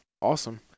Awesome